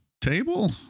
table